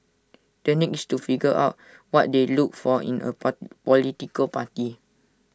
the next to figure out what they looked for in A part political party